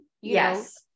Yes